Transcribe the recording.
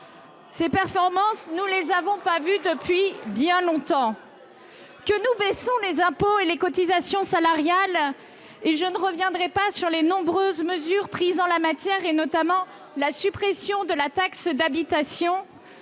Ces performances, nous ne les avions pas vues depuis bien longtemps. Nous baissons les impôts et les cotisations salariales, et je ne reviendrai pas sur les nombreuses mesures prises en la matière, notamment la suppression de la taxe d'habitation,